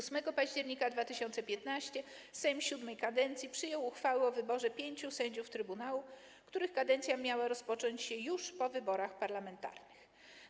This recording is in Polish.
8 października 2015 r. Sejm VII kadencji przyjął uchwały o wyborze pięciu sędziów trybunału, których kadencja miała rozpocząć się już po wyborach parlamentarnych.